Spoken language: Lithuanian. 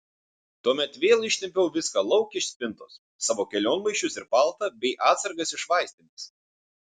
tuomet vėl ištempiau viską lauk iš spintos savo kelionmaišius ir paltą bei atsargas iš vaistinės